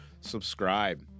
subscribe